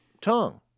tongue